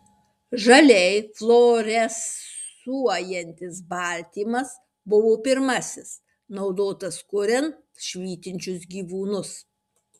žaliai fluorescuojantis baltymas buvo pirmasis naudotas kuriant švytinčius gyvūnus